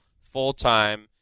full-time